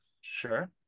Sure